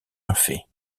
murphy